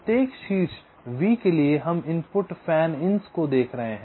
प्रत्येक शीर्ष V के लिए हम इनपुट फैन इन्स को देख रहे हैं